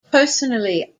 personally